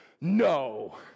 No